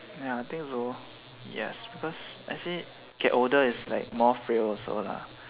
ya think so yes because as in older is like more frail also lah